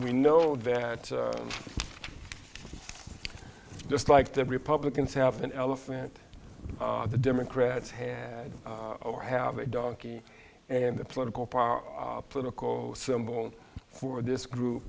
we know that just like the republicans have an elephant the democrats had to have a donkey and the political power political symbol for this group